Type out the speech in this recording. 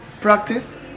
practice